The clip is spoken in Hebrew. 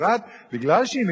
עם